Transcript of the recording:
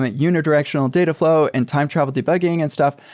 but unidirectional data flow and time travel debugging and stuff.